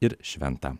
ir šventa